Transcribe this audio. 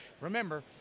Remember